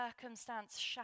circumstance